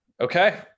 okay